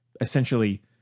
essentially